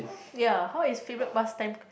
ya how is favourite past time